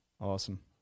Awesome